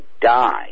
die